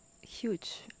Huge